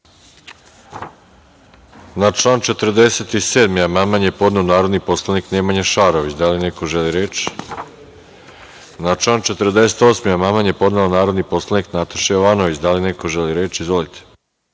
član 47. amandman je podneo narodni poslanik Nemanja Šarović. Da li neko želi reč? Na član 48. amandman je podnela narodni poslanik Nataša Jovanović. Da li neko želi reč? Izvolite.